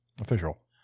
official